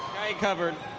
covered.